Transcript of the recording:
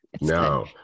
No